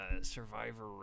Survivor